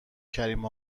کریم